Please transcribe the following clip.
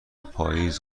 پاییز